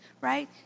right